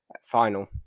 Final